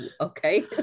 okay